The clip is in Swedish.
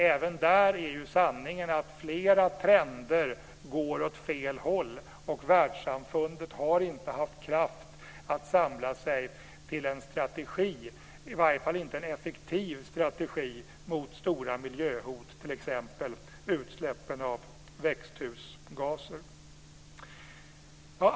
Även där är sanningen att flera trender går åt fel håll, och världssamfundet har inte haft kraft att samla sig till en strategi, i varje fall inte en effektiv strategi, mot stora miljöhot, t.ex. utsläppen av växthusgaser.